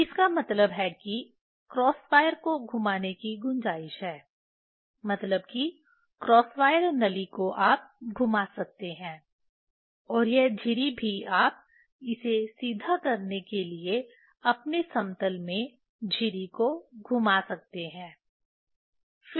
तो इसका मतलब है कि क्रॉस वायर को घुमाने की गुंजाइश है मतलब कि क्रॉस वायर नली को आप घुमा सकते हैं और यह झिरी भी आप इसे सीधा करने के लिए अपने समतल में झिरी को घुमा सकते हैं